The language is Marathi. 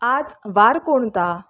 आज वार कोणता